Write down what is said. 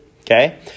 okay